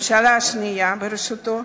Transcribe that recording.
ממשלה שנייה בראשותו,